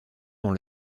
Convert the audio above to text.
dans